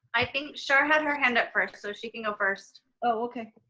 i think charlene had her hand up first so she can go first. oh okay,